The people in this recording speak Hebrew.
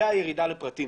זאת הירידה לפרטים.